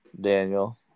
Daniel